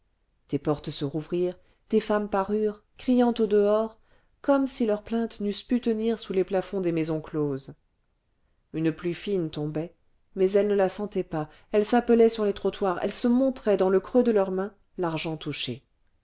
des portes se rouvrirent des femmes parurent criant au-dehors comme si leurs plaintes n'eussent pu tenir sous les plafonds des maisons closes une pluie fine tombait mais elles ne la sentaient pas elles s'appelaient sur les trottoirs elles se montraient dans le creux de leur main l'argent touché